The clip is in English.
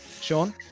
Sean